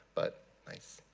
but nice.